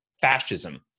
fascism